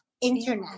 internet